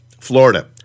Florida